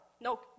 No